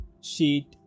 sheet